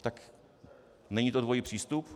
Tak není to dvojí přístup?